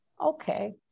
okay